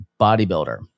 bodybuilder